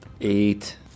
Eight